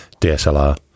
DSLR